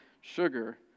sugar